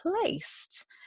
placed